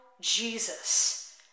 Jesus